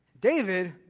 David